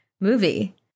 movie